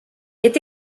est